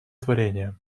творением